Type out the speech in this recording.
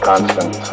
constant